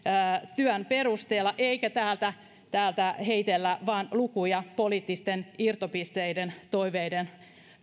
työn perusteella eikä täältä täältä vain heitellä lukuja poliittisten irtopisteiden toiveiden